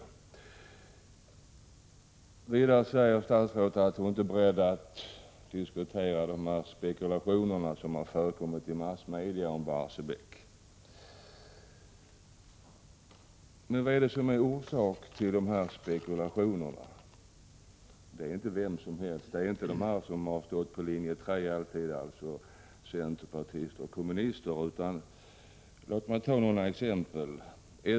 Statsrådet säger vidare att hon inte är beredd att diskutera de spekulationer som har förekommit i massmedia om Barsebäck. Men vad är orsaken till dessa spekulationer? Det är inte vem som helst som står för dem. Det är inte linje 3-anhängarna, dvs. centerpartisterna och kommunisterna, som har stått för dessa spekulationer. Låt mig nämna några exempel.